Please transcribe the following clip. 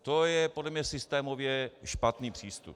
To je podle mě systémově špatný přístup.